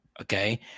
Okay